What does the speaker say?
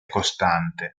costante